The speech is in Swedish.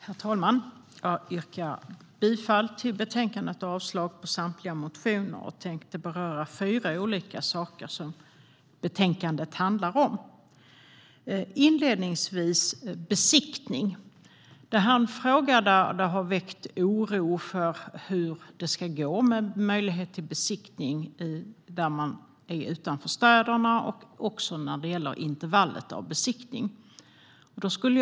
Herr talman! Jag yrkar bifall till förslaget i betänkandet och avslag på samtliga motioner och tänkte ta upp fyra olika saker som betänkandet handlar om. Inledningsvis tänkte jag tala om besiktning. Det har väckt oro när det gäller hur det ska gå med möjligheten till besiktning utanför städerna och också när det gäller intervallet i fråga om besiktning.